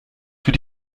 für